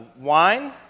wine